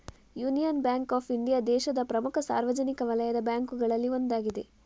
union Bank of India ದೇಶದ ಪ್ರಮುಖ ಸಾರ್ವಜನಿಕ ವಲಯದ ಬ್ಯಾಂಕುಗಳಲ್ಲಿ ಒಂದಾಗಿದೆ